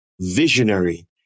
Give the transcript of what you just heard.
visionary